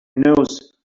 knows